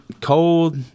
Cold